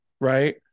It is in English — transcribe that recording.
right